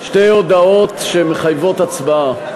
שתי הודעות שמחייבות הצבעה.